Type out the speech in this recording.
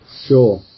Sure